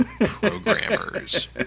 Programmers